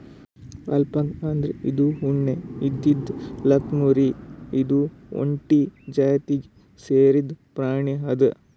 alpaca ಅಂದ್ರ ಉದ್ದ್ ಉಣ್ಣೆ ಇದ್ದಿದ್ ಲ್ಲಾಮ್ಕುರಿ ಇದು ಒಂಟಿ ಜಾತಿಗ್ ಸೇರಿದ್ ಪ್ರಾಣಿ ಅದಾ